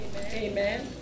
Amen